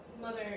mother